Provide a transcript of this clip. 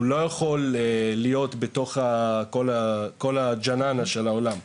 הוא לא יכול להיות בתוך כל הבלגן של העולם.